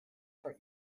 for